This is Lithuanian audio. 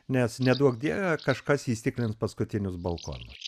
nes neduok dieve kažkas įstiklins paskutinius balkonus